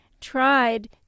tried